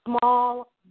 small